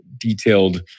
Detailed